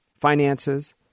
finances